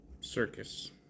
circus